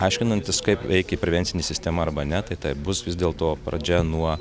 aiškinantis kaip veikia prevencinė sistema arba ne tai taip bus vis dėlto pradžia nuo